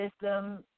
system